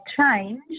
change